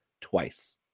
twice